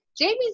Jamie's